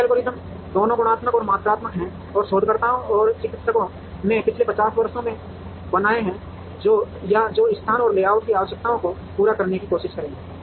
कई एल्गोरिदम दोनों गुणात्मक और मात्रात्मक हैं जो शोधकर्ताओं और चिकित्सकों ने पिछले 50 वर्षों में बनाए हैं या जो स्थान और लेआउट की आवश्यकताओं को पूरा करने की कोशिश करेंगे